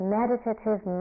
meditative